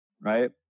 right